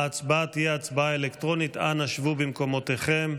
ההצבעה תהיה אלקטרונית, אנא שבו במקומותיכם.